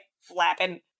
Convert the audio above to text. flapping